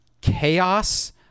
chaos